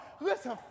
Listen